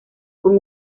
con